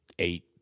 Eight